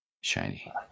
shiny